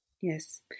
Yes